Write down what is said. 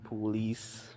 police